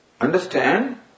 understand